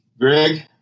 Greg